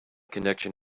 connection